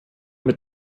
mit